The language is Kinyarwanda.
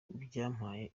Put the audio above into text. byampaye